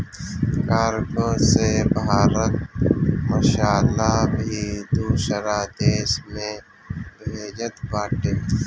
cargo से भारत मसाला भी दूसरा देस में भेजत बाटे